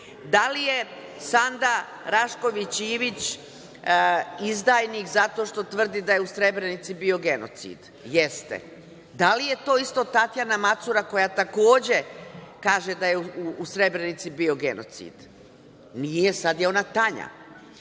Da li je Sanda Rašković Ivić izdajnik zato što tvrdi da je u Srebrenici bio genocid? Jeste. Da li je to isto Tatjana Macura koja, takođe kaže da je u Srebrenici bio genocid? Nije. Sada je ona Tanja.